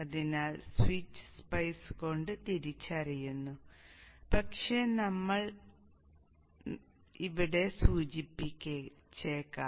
അതിനാൽ switch spice കൊണ്ട് തിരിച്ചറിയുന്നു പക്ഷേ നമുക്ക് ഇവിടെ സൂചിപ്പിക്കാം